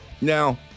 Now